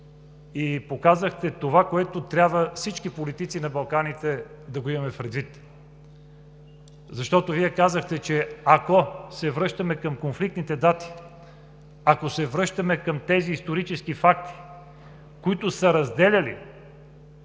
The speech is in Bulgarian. и казахте това, което трябва всички политици на Балканите да имаме предвид – казахте, че ако се връщаме към конфликтните дати, ако се връщаме към тези исторически факти, които са разделяли